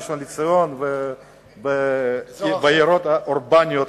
בראשון-לציון ובערים אורבניות,